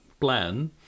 plan